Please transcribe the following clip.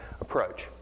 approach